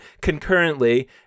concurrently